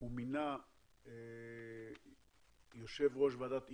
הוא מינה יושב-ראש ועדת איתור,